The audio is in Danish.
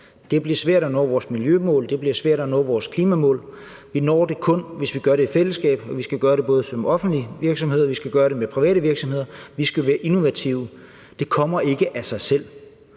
Det bliver svært at nå vores miljømål, det bliver svært at nå vores klimamål. Vi når det kun, hvis vi gør det i fællesskab, og vi skal gøre det både som offentlige virksomheder og som private virksomheder. Vi skal være innovative. Det kommer ikke af sig selv.